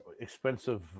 Expensive